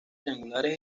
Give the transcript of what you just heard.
triangulares